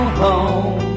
home